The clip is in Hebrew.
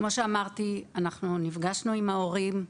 כמו שאמרתי, נפגשנו עם ההורים,